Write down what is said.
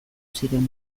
ziren